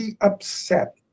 upset